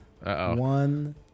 One